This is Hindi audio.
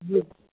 जी